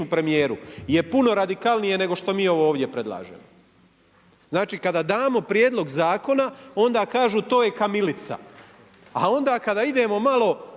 premijeru je puno radikalnije nego što mi ovo ovdje predlažemo. Znači kada damo prijedlog zakona onda kažu to je kamilica a onda kada idemo malo